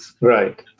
Right